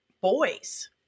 boys